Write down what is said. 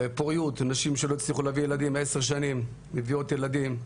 פוריות - נשים שלא הצליחו להביא ילדים עשר שנים מביאות ילדים.